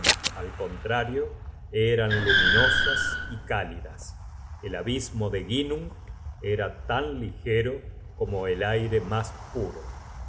al contrario eran luminosas y cálidas el abismo de ginnung era tan ligero como el aire mas puro